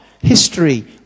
history